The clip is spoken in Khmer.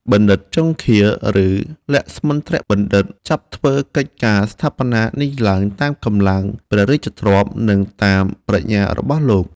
បណ្ឌិតជង្ឃាល ឬលក្ស្មិន្ទ្របណ្ឌិត ចាប់ធ្វើកិច្ចការស្ថាបនានេះឡើងតាមកម្លាំងព្រះរាជទ្រព្យ និងតាមប្រាជ្ញារបស់លោក